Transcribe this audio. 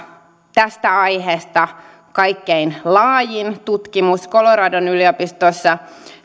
tästä aiheesta kaikkein laajin tutkimus coloradon yliopistossa